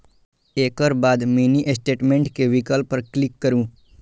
एकर बाद mini statement के विकल्प पर क्लिक करू